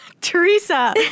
Teresa